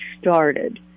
started